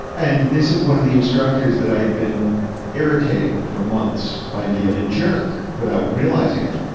and this was one of the instructors that i'd been irritating for months by being a jerk without realizing it,